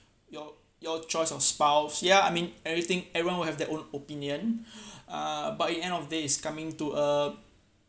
your your choice of spouse ya I mean everything everyone would have their own opinion uh but in end of the day it's coming to a